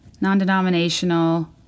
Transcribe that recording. non-denominational